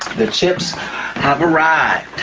the chips have arrived.